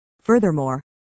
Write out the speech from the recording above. Furthermore